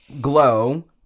Glow